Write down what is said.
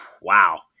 wow